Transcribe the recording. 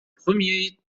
premier